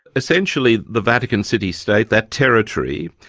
essentially the vatican city state, that territory,